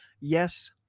Yes